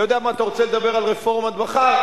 אתה יודע מה, אתה רוצה לדבר על רפורמת בכר?